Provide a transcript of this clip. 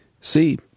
see